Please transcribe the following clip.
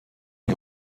est